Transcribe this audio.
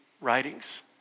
writings